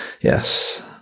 yes